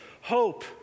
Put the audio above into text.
hope